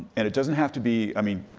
and it doesn't have to be, i mean,